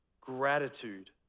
gratitude